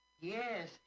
Yes